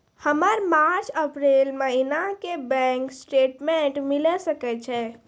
हमर March April महीना के बैंक स्टेटमेंट मिले सकय छै?